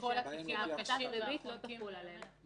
כל התיקים --- הריבית לא תחול עליהם.